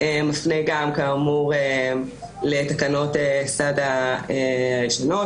מפנה גם כאמור לתקנות סד"א הישנות.